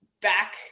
back